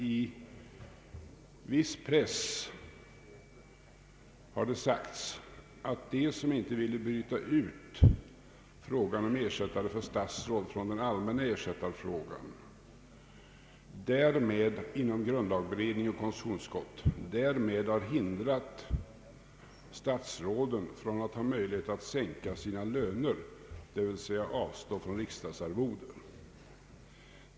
I viss press har hävdats att de inom grundlagberedning och konstitutionsutskott som inte ville bryta ut frågan om ersättare för statsråd från den allmänna ersättarfrågan därmed hindrat statsråden från att ha möjlighet att sänka sina löner, d.v.s. avstå från riksdagsarvoden.